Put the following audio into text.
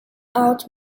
out